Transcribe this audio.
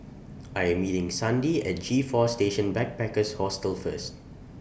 I Am meeting Sandi At G four Station Backpackers Hostel First